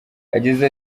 yagize